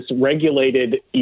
regulated